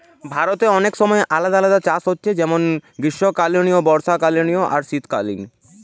ভারতে অনেক সময় আলাদা আলাদা চাষ হচ্ছে যেমন গ্রীষ্মকালীন, বর্ষাকালীন আর শীতকালীন